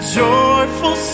joyful